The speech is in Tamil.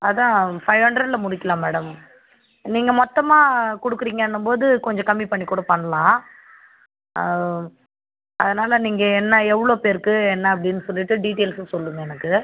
அதான் ஃபைவ் ஹண்ட்ரெடில் முடிக்கலாம் மேடம் நீங்கள் மொத்தமாக கொடுக்குறிங்கன்னும்போது கொஞ்சம் கம்மி பண்ணி கூட பண்ணலாம் அதனால் நீங்கள் என்ன எவ்வளோ பேருக்கு என்ன அப்படினு சொல்லிவிட்டு டீட்டெய்ல்ஸும் சொல்லுங்கள் எனக்கு